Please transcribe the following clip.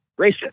racist